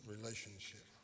relationship